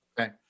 Okay